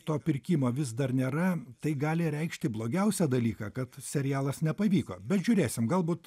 to pirkimo vis dar nėra tai gali reikšti blogiausią dalyką kad serialas nepavyko bet žiūrėsim galbūt